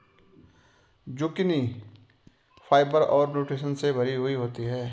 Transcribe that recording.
zucchini fibre और nutritions से भरी हुई होती है